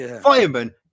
Firemen